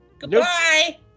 Goodbye